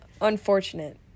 Unfortunate